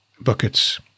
buckets